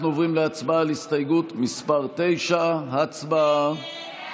אנחנו עוברים להצבעה על הסתייגות מס' 9. הצבעה.